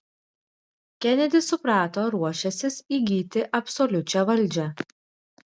kenedis suprato ruošiąsis įgyti absoliučią valdžią